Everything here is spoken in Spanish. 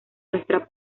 nuestra